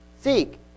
seek